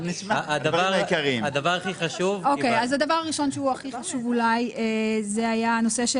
הדבר הראשון שהוא הכי חשוב זה היה הנושא של